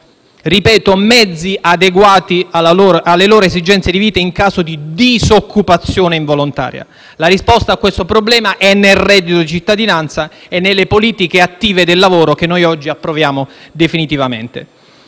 Ripeto: mezzi adeguati alle loro esigenze di vita in caso di disoccupazione involontaria. La risposta a questo problema è nel reddito di cittadinanza e nelle politiche attive del lavoro, che noi oggi approviamo definitivamente.